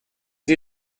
sie